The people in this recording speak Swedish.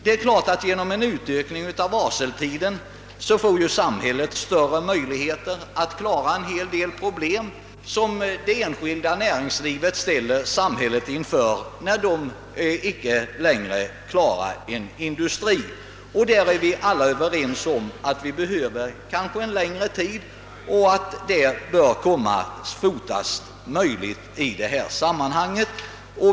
Det är klart att samhället genom en ökning av varseltiden får möjligheter att klara en hel del problem som det enskilda näringslivet ställer samhället inför när det icke längre kan rädda en industri. Vi är alla överens om att vi kanske behöver införa en längre varseltid fortast möjligt.